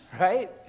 right